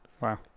Wow